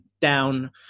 down